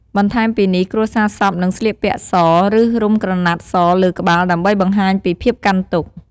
បន្ថែមពីនេះ គ្រួសារសពនឹងស្លៀកសពាក់ស ឬ រុំក្រណាត់សលើក្បាល ដើម្បីបង្ហាញពីភាពកាន់ទុក្ខ។